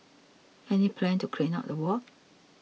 any plan to clean up the ward